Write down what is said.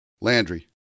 Landry